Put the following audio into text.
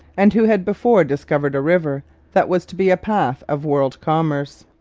and who had before discovered a river that was to be a path of world commerce.